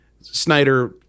Snyder